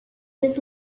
his